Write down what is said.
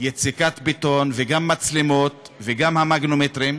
יציקת בטון, וגם מצלמות, וגם המגנומטרים,